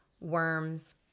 worms